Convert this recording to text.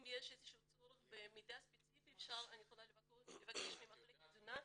אם יש צורך במידע ספציפי אני יכולה לבקש ממחלקת תזונה.